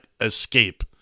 escape